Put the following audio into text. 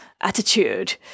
attitude